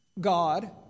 God